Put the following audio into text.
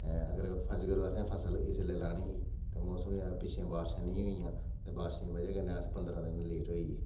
अगर फर्ज़ करो असें फसल इसलै लानी मौसम जेह्ड़ा पिच्छै जेही बारशां नेईं हीं होइयां ओह् दी बजह नै अस पंदरां दिन लेट होई गे